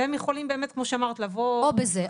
והם יכולים באמת כמו שאמרת לבוא -- או בזה,